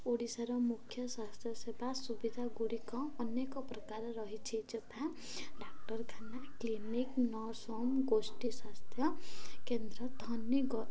ଓଡ଼ିଶାର ମୁଖ୍ୟ ସ୍ୱାସ୍ଥ୍ୟ ସେବା ସୁବିଧା ଗୁଡ଼ିକ ଅନେକ ପ୍ରକାର ରହିଛି ଯଥା ଡାକ୍ତରଖାନା କ୍ଲିନିକ୍ ନର୍ସ୍ ହୋମ୍ ଗୋଷ୍ଠୀ ସ୍ୱାସ୍ଥ୍ୟ କେନ୍ଦ୍ର ଧନି